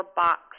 box